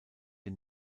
den